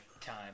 time